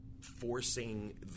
forcing